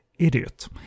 idiot